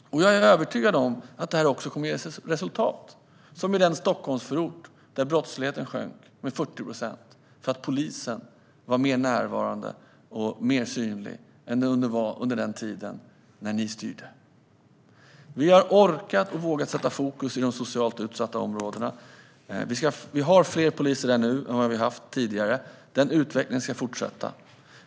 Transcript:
Jag är övertygad om att det kommer att ge resultat, som i den Stockholmsförort där brottsligheten sjönk med 40 procent eftersom polisen varit mer närvarande och synlig än under den tid då ni styrde. Vi har orkat och vågat att sätta fokus på de socialt utsatta områdena. Vi har fler poliser nu än vad vi har haft tidigare. Den utvecklingen ska fortsätta.